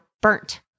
burnt